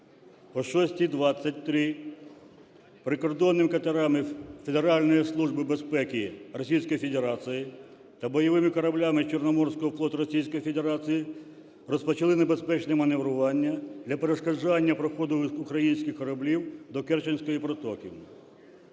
О 6:23 прикордонними катерами Федеральної служби безпеки Російської Федерації та бойовими кораблями Чорноморського флоту Російської Федерації розпочали небезпечне маневрування для перешкоджання проходу українських кораблів до Керченської протоки.